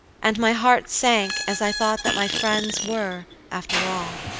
and my heart sank as i thought that my friends were, after all,